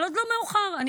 אבל עוד לא מאוחר.